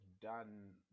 done